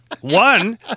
one